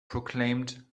proclaimed